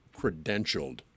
credentialed